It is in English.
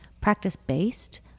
practice-based